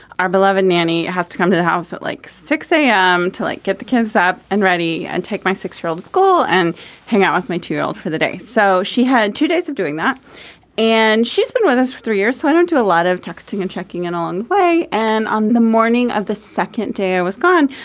our beloved nanny has to come to the house at like six zero a m. to like get the kids up and ready and take my six year old school and hang out with my two year old for the day. so she had two days of doing that and she's been with us for three years. so i don't do a lot of texting and checking in on the way. and on the morning of the second day, i was gone.